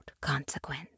consequence